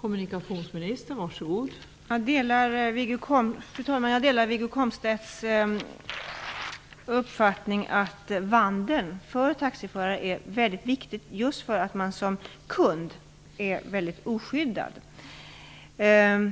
Fru talman! Jag delar Wiggo Komstedts uppfattning att taxiförarnas vandel är mycket viktig just därför att man som kund är väldigt oskyddad. Det